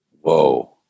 Whoa